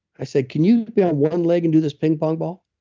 i said can you be on one leg and do this ping pong ball?